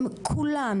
הם כולם,